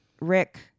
Rick